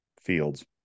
fields